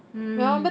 mm